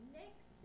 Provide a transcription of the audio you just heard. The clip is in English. next